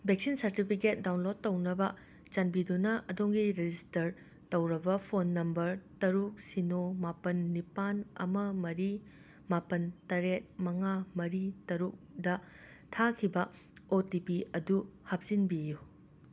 vaccine certificate download ꯇꯧꯅꯕ ꯆꯥꯟꯕꯤꯗꯨꯅ ꯑꯗꯣꯝꯒꯤ ꯔꯤꯖꯤꯁꯇꯥꯔ ꯇꯧꯔꯕ ꯐꯣꯟ ꯅꯝꯕꯔ ꯇꯔꯨꯛ ꯁꯤꯅꯣ ꯃꯥꯄꯟ ꯅꯤꯄꯥꯟ ꯑꯃ ꯃꯔꯤ ꯃꯥꯄꯟ ꯇꯔꯦꯠ ꯃꯉꯥ ꯃꯔꯤ ꯇꯔꯨꯛꯗ ꯊꯥꯈꯤꯕ ꯑꯣ ꯇꯤ ꯄꯤ ꯑꯗꯨ ꯍꯥꯞꯆꯤꯟꯕꯤꯌꯨ